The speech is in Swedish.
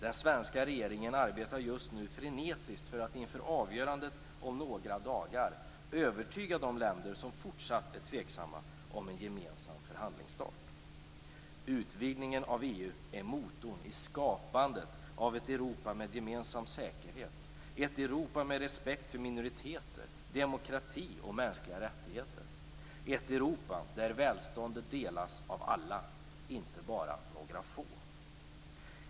Den svenska regeringen arbetar just nu frenetiskt för att inför avgörandet om några dagar övertyga de länder som fortsatt är tveksamma om en gemensam förhandlingsstart. Utvidgningen av EU är motorn i skapandet av ett Europa med gemensam säkerhet, ett Europa med respekt för minoriteter, demokrati och mänskliga rättigheter och ett Europa där välståndet delas av alla och inte bara några få.